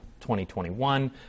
2021